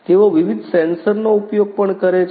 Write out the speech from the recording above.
તેઓ વિવિધ સેન્સરનો ઉપયોગ પણ કરે છે